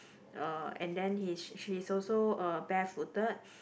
uh and then he's she's also uh bare footed